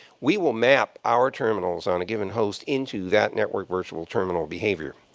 we will map our terminals on a given host into that network virtual terminal behavior.